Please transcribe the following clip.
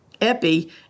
epi